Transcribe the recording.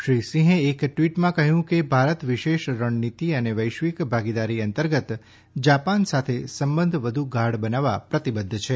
શ્રી સિહેં એક ટ્વીટમાં કહ્યું કે ભારત વિશેષ રણનીતિ અને વૈશ્વિક ભાગીદારી અંતર્ગત જાપાન સાથે સંબધ વધુ ગાઢ બનાવવા પ્રતિબધ્ધ છે